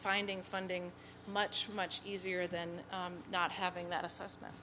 finding funding much much easier than not having that assessment